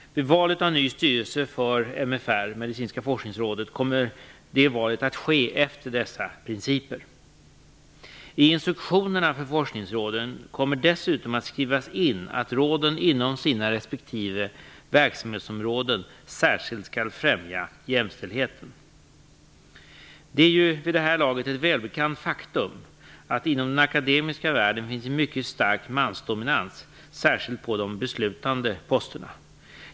Valet av ny styrelse för Medicinska forskningsrådet kommer att ske efter dessa principer. I instruktionerna för forskningsråden kommer dessutom att skrivas in att råden inom sina respektive verksamhetsområden särskilt skall främja jämställdheten. Det är ju vid det här laget ett välbekant faktum att det inom den akademiska världen finns en mycket stark mansdominans, särskilt på de beslutande posterna.